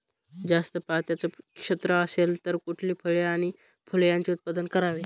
जास्त पात्याचं क्षेत्र असेल तर कुठली फळे आणि फूले यांचे उत्पादन करावे?